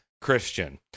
Christian